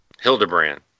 hildebrand